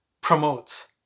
promotes